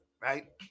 right